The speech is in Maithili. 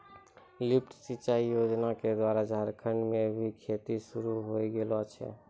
लिफ्ट सिंचाई योजना क द्वारा झारखंड म भी खेती शुरू होय गेलो छै